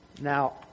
Now